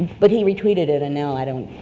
but he retweeted it and now i don't,